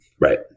Right